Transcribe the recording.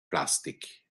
plastik